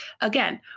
Again